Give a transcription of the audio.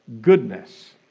Goodness